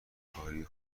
بدهکاری